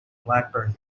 blackburn